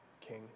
king